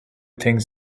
things